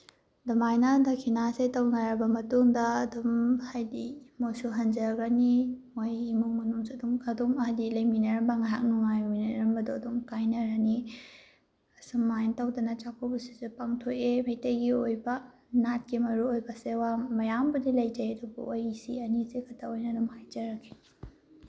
ꯑꯗꯨꯃꯥꯏꯅ ꯗꯈꯤꯅꯥꯁꯦ ꯇꯧꯅꯔꯕ ꯃꯇꯨꯡꯗ ꯑꯗꯨꯝ ꯍꯥꯏꯗꯤ ꯃꯣꯏꯁꯨ ꯍꯟꯖꯈ꯭ꯔꯅꯤ ꯃꯣꯏ ꯏꯃꯨꯡ ꯃꯅꯨꯡꯁꯨ ꯑꯗꯨꯝ ꯑꯗꯨꯝ ꯍꯥꯏꯗꯤ ꯂꯩꯃꯤꯟꯅꯔꯝꯕ ꯉꯥꯏꯍꯥꯛ ꯅꯨꯡꯉꯥꯏꯃꯤꯟꯅꯔꯝꯕꯗꯣ ꯑꯗꯨꯝ ꯀꯥꯏꯅꯔꯅꯤ ꯑꯁꯨꯃꯥꯏꯅ ꯇꯧꯗꯅ ꯆꯥꯛꯀꯧꯕꯁꯤꯁꯨ ꯄꯥꯡꯊꯣꯛꯑꯦ ꯃꯩꯇꯩꯒꯤ ꯑꯣꯏꯕ ꯅꯥꯠꯀꯤ ꯃꯔꯨꯑꯣꯏꯕꯁꯦ ꯋꯥ ꯃꯌꯥꯝꯕꯨꯗꯤ ꯂꯩꯖꯩ ꯑꯗꯨꯕꯨ ꯑꯩ ꯁꯤ ꯑꯅꯤꯁꯤ ꯈꯛꯇ ꯑꯣꯏꯅ ꯑꯗꯨꯝ ꯍꯥꯏꯖꯔꯒꯦ